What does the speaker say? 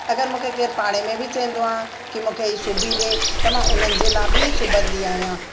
अगरि मूंखे केरु पाड़े में बि चवंदो आहियां की मूंखे इहो सिबी ॾिए त मां उन्हनि जे लाइ बि सिबंदी आहियां